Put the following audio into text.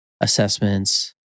assessments